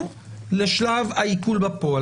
לא כי הוא איזה סגפן או כי הכל נמצא במחבוא או לא יודע מה הוא